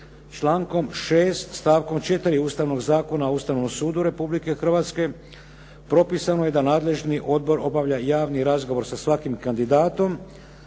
Člankom 6. stavkom 4. Ustavnog zakona o Ustavnom sudu Republike Hrvatske propisano je da nadležni odbor obavlja javni razgovor sa svakim kandidatom